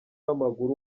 w’amaguru